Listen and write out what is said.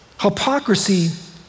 Hypocrisy